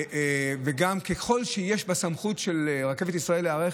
גם ככל שיש בסמכות של רכבת ישראל להיערך,